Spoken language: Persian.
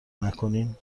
نکنین